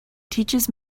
teaches